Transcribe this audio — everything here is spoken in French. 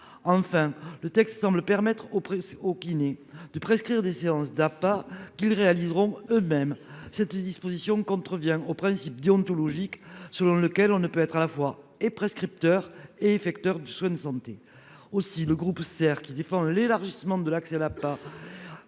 Enfin, le texte semble permettre au au kiné de prescrire des séances d'appart qu'ils réaliseront eux- mêmes cette disposition contrevient aux principes déontologiques selon lequel on ne peut être à la fois et prescripteurs et effecteur de soins de santé aussi le groupe sert qui défend l'élargissement de l'accès pas.